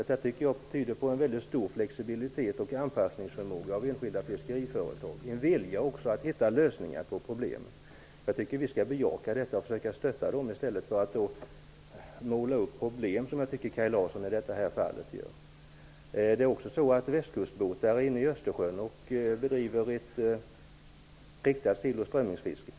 Detta tycker jag tyder på en väldigt stor flexibilitet och anpassningsförmåga från enskilda fiskeriföretag. Det tyder också på en vilja att hitta lösningar på problemen. Jag tycker att vi skall bejaka detta och försöka stötta fiskarna i stället för att måla upp problem, som jag tycker att Kaj Larsson gör i detta fall. Västkustbåtar är också inne i Östersjön och bedriver ett riktat sill och strömmingsfiske.